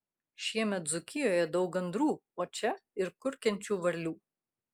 šiemet dzūkijoje daug gandrų o čia ir kurkiančių varlių